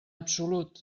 absolut